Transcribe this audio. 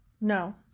No